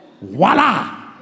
Voila